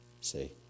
See